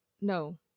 no